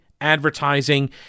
advertising